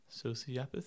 Sociopathy